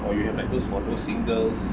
or you have like those for those singles